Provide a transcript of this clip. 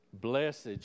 blessed